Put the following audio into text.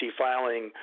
filing